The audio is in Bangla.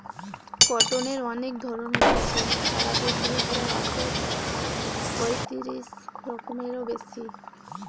কটনের অনেক ধরণ হতিছে, সারা পৃথিবী জুড়া একশ পয়তিরিশ রকমেরও বেশি